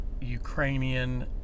Ukrainian